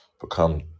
become